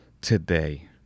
today